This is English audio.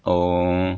哦